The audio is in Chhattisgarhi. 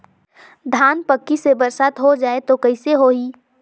धान पक्की से बरसात हो जाय तो कइसे हो ही?